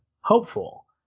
hopeful